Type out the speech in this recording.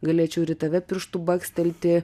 galėčiau ir į tave pirštu bakstelti